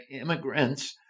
immigrants